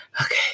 okay